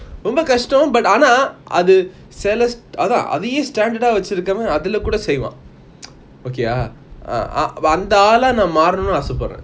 ரொம்ப கஷடம்:romba kasatam but ஆனா சில அதையே:aana silla athayae standard eh வெச்சி இராகவன் அதுல கூட செய்வான்:vechi irukavan athula kuda seivan okay ah ah ah அந்த ஆழ மாறனுமுனு நான் ஆச போடுறான்:antha aala maaranumunu naan aasa paduran